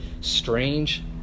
strange